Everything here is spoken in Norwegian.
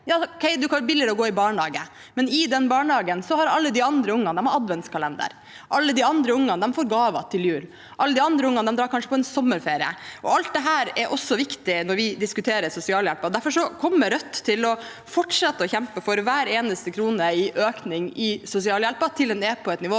Det har blitt billigere å gå i barnehage, men i den barnehagen har alle de andre ungene adventskalender. Alle de andre ungene får gaver til jul. Alle de andre ungene drar kanskje på en sommerferie. Alt dette er også viktig når vi diskuterer sosialhjelp. Rødt kommer derfor til å fortsette å kjempe for hver eneste krone i økning i sosialhjelpen